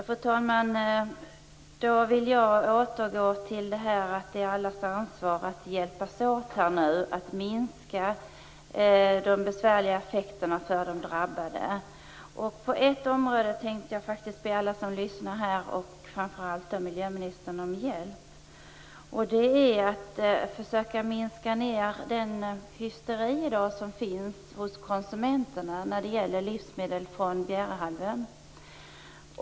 Fru talman! Jag vill återgå till detta att det är allas ansvar att hjälpas åt att minska de besvärliga effekterna för de drabbade. Det finns ett område där jag faktiskt tänkte be alla som lyssnar, och framför allt miljöministern, om hjälp. Det gäller att försöka minska den hysteri som finns i dag hos konsumenterna när det gäller livsmedel från Bjärehalvön.